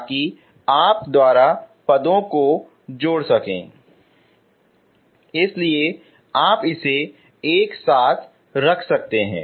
ताकि आप द्वारा पदों को जोड़ सकें और इसलिए आप इसे एक साथ रख सकते हैं